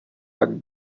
jak